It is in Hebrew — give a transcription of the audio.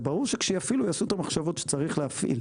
זה ברור שכשיפעילו הם יעשו את המחשבות שצריך להפעיל,